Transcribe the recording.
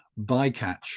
bycatch